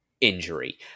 injury